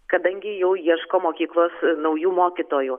kadangi jau ieško mokyklos naujų mokytojų